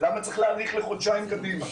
למה צריך להאריך לחודשיים קדימה?